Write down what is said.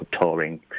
touring